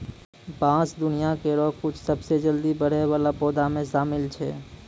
बांस दुनिया केरो कुछ सबसें जल्दी बढ़ै वाला पौधा म शामिल छै